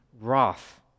wrath